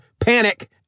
Panic